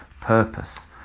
purpose